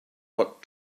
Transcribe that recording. what